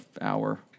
hour